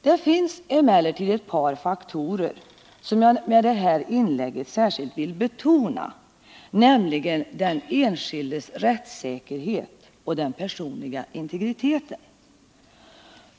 Det finns emellertid ett par faktorer som jag med detta inlägg särskilt vill betona, nämligen den enskildes rättssäkerhet och personliga integritet.